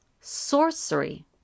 sorcery